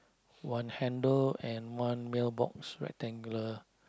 one handle and one mail box rectangular